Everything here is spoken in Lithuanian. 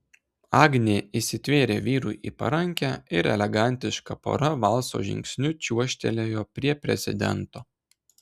agnė įsitvėrė vyrui į parankę ir elegantiška pora valso žingsniu čiuožtelėjo prie prezidento